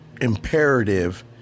imperative